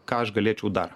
ką aš galėčiau dar